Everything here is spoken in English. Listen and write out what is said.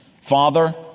Father